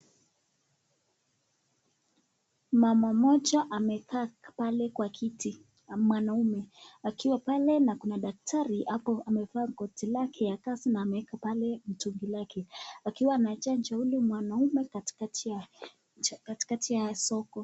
Mama mmoja amekaa pale kwa kiti na mwanaume. Akiwa pale na kuna daktari hapo amevaa koti lake ya kazi na ameweka pale mtungi lake. Akiwa anachanja yule mwanaume katikati ya, katikati ya soko.